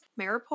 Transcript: maripol